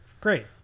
Great